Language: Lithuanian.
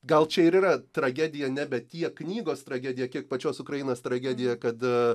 gal čia ir yra tragedija nebe tiek knygos tragedija kiek pačios ukrainos tragedija kad